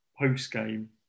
post-game